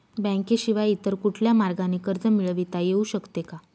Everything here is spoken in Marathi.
बँकेशिवाय इतर कुठल्या मार्गाने कर्ज मिळविता येऊ शकते का?